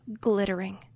glittering